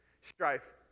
Strife